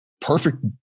perfect